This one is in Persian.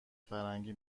فرنگی